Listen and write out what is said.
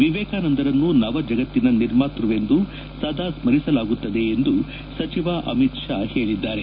ವಿವೇಕಾನಂದರನ್ನು ನವ ಜಗತ್ತಿನ ನಿರ್ಮಾತ್ಸವೆಂದು ಸದಾ ಸ್ಪರಿಸಲಾಗುತ್ತದೆ ಎಂದು ಸಚಿವ ಅಮಿತ್ ಶಾ ಹೇಳಿದ್ದಾರೆ